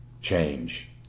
change